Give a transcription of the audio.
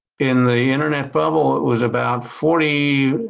in the internet bubble it was about forty,